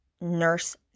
nurse